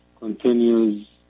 continues